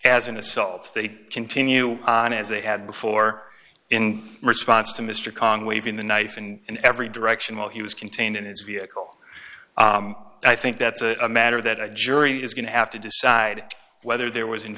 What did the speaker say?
as an assault they continue on as they had before in response to mr conway been the knife and in every direction while he was contained in his vehicle i think that's a matter that a jury is going to have to decide whether there was in